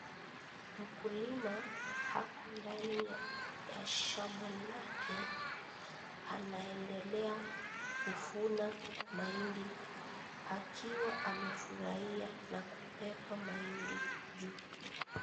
Mkulima ako ndani ya shamba lake anaendelea kuvuna mahindi akiwa amefurahia na kubeba mahindi juu.